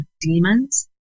demons